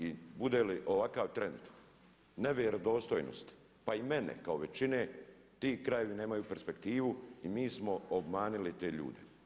I bude li ovakav trend nevjerodostojnosti, pa i mene kao većine ti krajevi nemaju perspektivu i mi smo obmanuli te ljude.